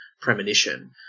premonition